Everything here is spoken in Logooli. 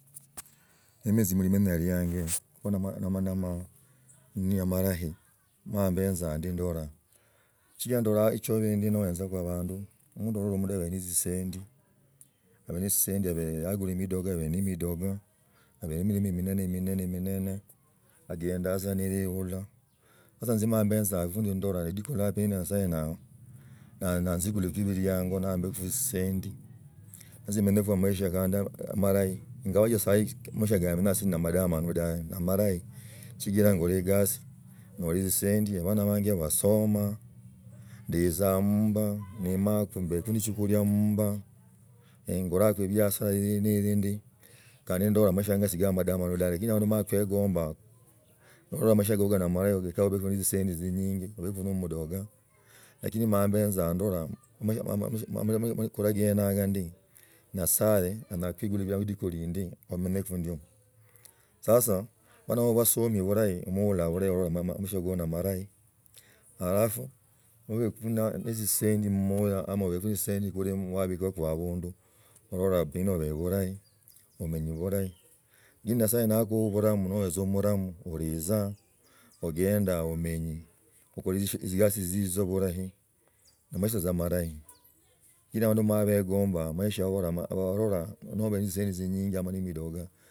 Isa mulimanya lianja namabindu bilahi emala mbitsa ndio ndola, sichira ndolaa, echoba hiyo noenzako abandu, omundu ole mudebe ne tzisendi, obehi ni tzisenti yagula midoka abehe na mdoka abahi na milima minene minene minene, agenda tza neeula asa esie mala embenzaku ndi mandola nendikola ka nyasaye nanzikukeko miliango mambeku ne tsisendi nasi menyekho amaisha kandi amarahi ngawaja maisha ka mbego na amadamano dabe ni amarahi sichira kala egasi nyola tzisendi, abana banje basomaa, ndizaa mumba nimaku, mbeku ne chukuria mumba engolaka biashara byana hibi ndi kandi nindola amaisha kanje sikala amadamanu dabe lakini anyuma yano kwagambaa nolola amaisha koko na amalahi kinyekha obekho na tzisendi tzingingi obeku no omudoka lakini mala ambetza na ndola kulagendanga ndi nyasaye anyala kuigula lidiku lindi omanyeko ndio sasa abana baba nibasomi burahi moora bulahi amaisha koko na amarahi halafu nobaku ne tsisendi mmsya ama ol ne tzisanti ko wabigaku abundu, nolola kandi abib burahi omanyi burahi, lakini nyasaye nakuhataa buramu, noetsa buramu, aritsaa, ogenda, omanyi ogala tzikasi tsisio bulahi, amaisha tsa amalahi lakini abandu bamala baskumbaa amaisha wa walulaa nobea na tzisendi tzinyinji ama ne midoka.